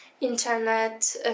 internet